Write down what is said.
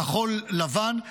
כחול-לבן.